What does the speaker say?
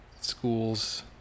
schools